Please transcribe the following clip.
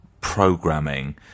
programming